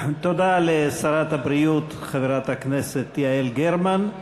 תודה לשרת הבריאות חברת הכנסת יעל גרמן.